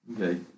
Okay